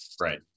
Right